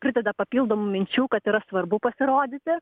prideda papildomų minčių kad yra svarbu pasirodyti